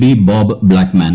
P Bob Blackman